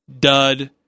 dud